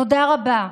תודה רבה.